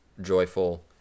joyful